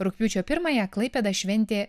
rugpjūčio pirmąją klaipėda šventė